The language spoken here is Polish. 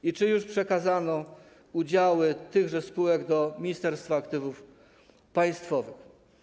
I czy już przekazano udziały tychże spółek do Ministerstwa Aktywów Państwowych?